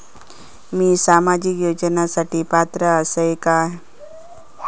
मी सामाजिक योजनांसाठी पात्र असय काय?